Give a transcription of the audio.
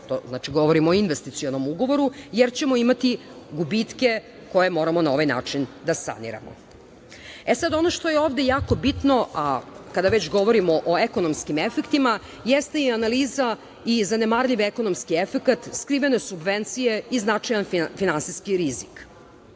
znači govorimo o investicionom ugovoru, jer ćemo imati gubitke koje moramo na ovaj način da saniramo.E, sada, ono što je ovde jako bitno, a kada već govorimo o ekonomskim efektima, jeste i analiza i zanemarljiv ekonomski efekat, skrivene subvencije i značajan finansijski rizik.